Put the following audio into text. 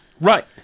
Right